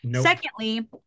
Secondly